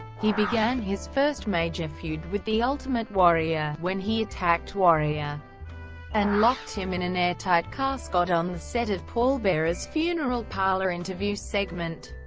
he began his first major feud with the ultimate warrior, when he attacked warrior and locked him in an airtight casket on the set of paul bearer's funeral funeral parlor interview segment.